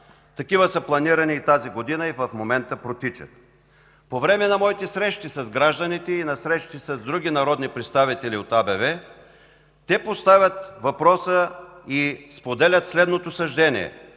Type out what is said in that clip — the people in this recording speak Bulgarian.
Такива са планирани и тази година, и в момента протичат. По време на моите срещи с гражданите, и на среща с други народни представители от АБВ, те поставят въпроса и споделят следното съждение –